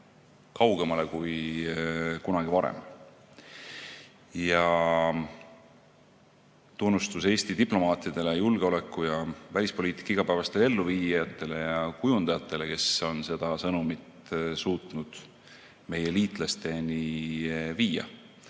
kaugemale kui kunagi varem. Tunnustus Eesti diplomaatidele, julgeoleku- ja välispoliitika igapäevastele elluviijatele ja kujundajatele, kes on selle sõnumi suutnud viia ka nende meie